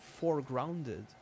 foregrounded